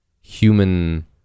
human